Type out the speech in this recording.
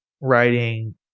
writing